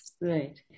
Right